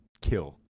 kill